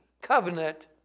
covenant